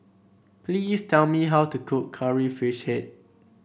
please tell me how to cook Curry Fish Head